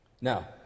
Now